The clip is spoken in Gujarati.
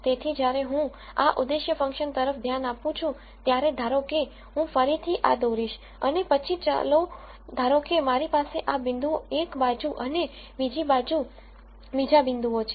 તેથી જ્યારે હું આ ઉદ્દેશ્ય ફંક્શન તરફ ધ્યાન આપું છું ત્યારે ધારોકે હું ફરીથી આ દોરીશ અને પછી ચાલો ધારોકે મારી પાસે આ પોઇન્ટસ એક બાજુ અને બીજી બાજુ બીજા પોઇન્ટસ છે